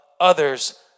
others